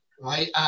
right